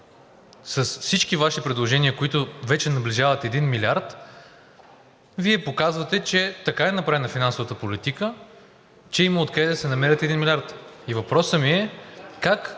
с всички Ваши предложения, които вече наближават един милиард, Вие показвате, че така е направена финансовата политика, че има откъде да се намери един милиард. И въпросът ми е: как